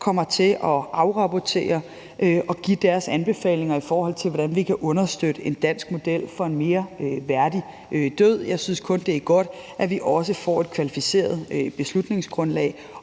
værdig død afrapporterer og kommer med deres anbefalinger til, hvordan vi kan understøtte en dansk model for en mere værdig død. Jeg synes kun, det er godt, at vi også får et kvalificeret beslutningsgrundlag,